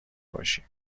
باشیم